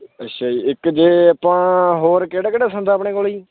ਅੱਛਾ ਜੀ ਇੱਕ ਜੇ ਆਪਾਂ ਹੋਰ ਕਿਹੜਾ ਕਿਹੜਾ ਸੰਦ ਹੈ ਆਪਣੇ ਕੋਲ ਜੀ